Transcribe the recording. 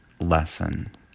lesson